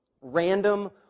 random